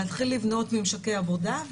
להתחיל לבנות ממשקי עבודה,